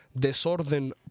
Desorden